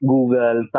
Google